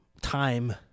Time